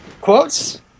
Quotes